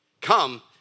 Come